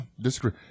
disagree